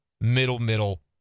middle-middle